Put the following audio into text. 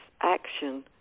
action